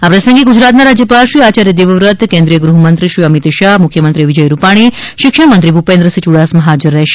આ પ્રસંગે ગુજરાતના રાજ્યપાલ શ્રી આયાર્થ દેવવ્રત કેન્દ્રીય ગૃહમંત્રી શ્રી અમિત શાહ મુખ્યમંત્રી શ્રી વિજય રૂપાણી શિક્ષણ મંત્રી શ્રી ભૂપેન્દ્રસિફ યૂડાસમા હાજર રહેશે